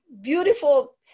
beautiful